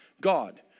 God